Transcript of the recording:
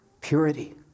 Purity